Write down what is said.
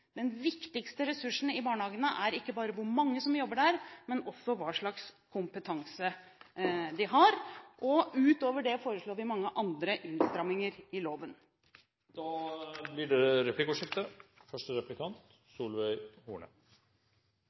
den viktigste ressursen i barnehagene er ikke bare hvor mange som jobber der, men også hva slags kompetanse de har. Utover det foreslår vi mange andre innstramminger i loven. Det blir replikkordskifte. Det